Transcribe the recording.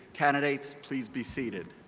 candidates, please be seated.